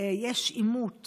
יש עימות